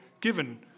given